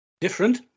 Different